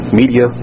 media